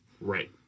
Right